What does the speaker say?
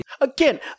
Again